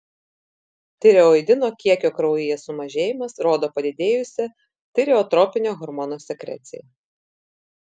tireoidino kiekio kraujyje sumažėjimas rodo padidėjusią tireotropinio hormono sekreciją